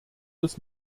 des